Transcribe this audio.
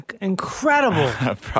incredible